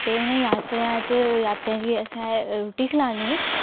ते उ'नेंगी जात्तरा च जात्तरियें गी असें रुट्टी खलानी